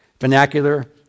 vernacular